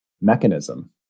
mechanism